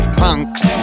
punks